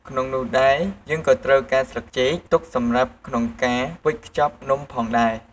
ក្នុងនោះដែរ យើងក៏ត្រូវការស្លឹកចេក ទុកសម្រាប់ក្នុងការវេចខ្ជប់នំផងដែរ។